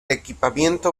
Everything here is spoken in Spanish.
equipamiento